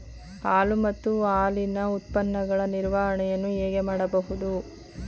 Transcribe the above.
ಹಾಲು ಮತ್ತು ಹಾಲಿನ ಉತ್ಪನ್ನಗಳ ನಿರ್ವಹಣೆಯನ್ನು ಹೇಗೆ ಮಾಡಬಹುದು?